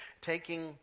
taking